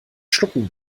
schlucken